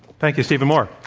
thank you, stephen moore.